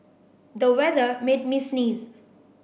the weather made me sneeze